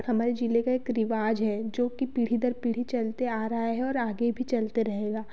हमारे जिले का एक रिवाज़ है जो कि पीढ़ी दर पीढ़ी चलते आ रहा है और आगे भी चलते रहेगा